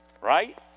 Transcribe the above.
Right